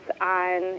on